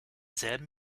selben